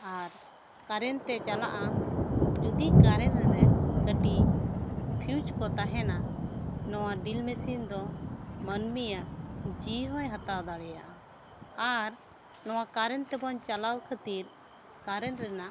ᱟᱨ current ᱛᱮ ᱪᱟᱞᱟᱜ ᱟ ᱟᱨ ᱩᱠᱟᱨᱮᱱᱴ ᱨᱮ ᱠᱟᱹᱴᱤᱡ ᱯᱷᱤᱭᱩᱡᱽ ᱠᱚ ᱛᱟᱦᱮᱸᱱᱟ ᱱᱚᱣᱟ ᱰᱤᱞ ᱢᱤᱥᱤᱱ ᱫᱚ ᱢᱟᱹᱱᱢᱤᱭᱟᱜ ᱡᱤᱣᱤ ᱦᱚᱸᱭ ᱦᱟᱛᱟᱣ ᱫᱟᱲᱮᱭᱟᱜ ᱟ ᱟᱨ ᱱᱚᱶᱟ ᱠᱟᱨᱮᱱᱴ ᱛᱮᱵᱚᱱ ᱪᱟᱞᱟᱣ ᱠᱷᱟᱹᱛᱤᱨ ᱠᱟᱨᱮᱱᱴ ᱨᱮᱱᱟᱜ